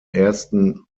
ersten